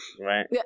right